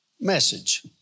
message